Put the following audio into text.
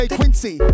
Quincy